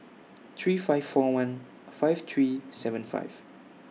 three five four one five three seven five